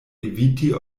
eviti